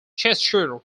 cheshire